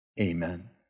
amen